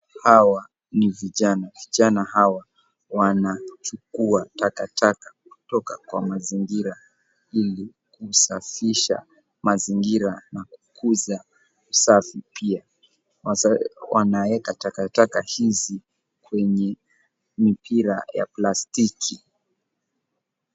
Hawa ni vijana. Vijana hawa wanachukua takataka kutoka kwa mazingira ili kusafisha mazingira na kukuza usafi pia. Wanaweka takataka hizi kwenye mipira ya plastiki.